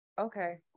Okay